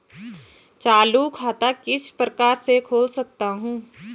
चालू खाता किस प्रकार से खोल सकता हूँ?